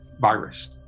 virus